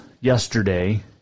yesterday